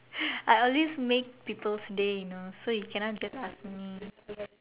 I always make people's day you know so you cannot ask me